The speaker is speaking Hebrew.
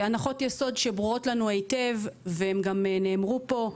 הנחות יסוד שברורות לנו היטב, וגם נאמרו פה.